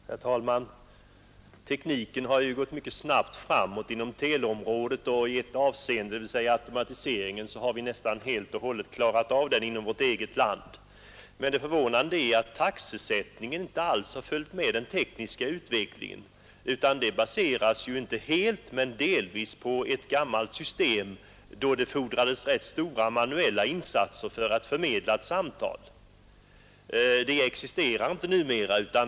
Herr talman! Tekniken inom teleområdet har gått mycket snabbt framåt, och när det gäller automatiseringen har vi inom vårt land nästan helt och hållet klarat av den. Det förvånande är emellertid att taxesättningen inte alls har följt med den tekniska utvecklingen. Telefontaxorna baseras alltjämt delvis på ett gammalt system, då det fordrades ganska omfattande manuella insatser för att förmedla samtalen. Sådana insatser görs inte numera.